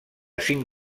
cinc